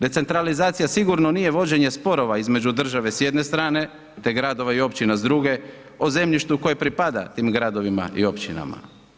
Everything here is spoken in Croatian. Decentralizacija sigurno nije vođenje sporova između države s jedne strane, te gradova i općina s druge o zemljištu koje pripada tim gradovima i općinama.